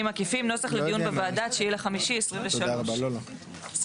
עקיפים נוסח לדיון בוועדה 09.05.2023. בסדר?